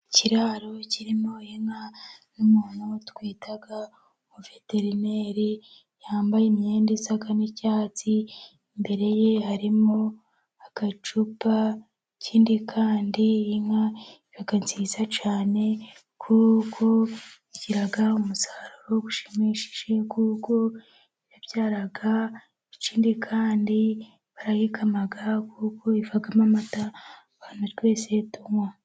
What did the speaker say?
Ikiraro kirimo inka n'umuntu twita umuveterineri yambaye imyenda isa nk’icyatsi, imbere ye hari agacupa, ikindi kandi inka iba nziza cyane kuko igira umusaruro ushimishije ubwo yabyaraga, ikindi kandi barayikama kuko ivamo amata abantu twese tunywa.